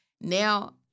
Now